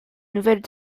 nouvelles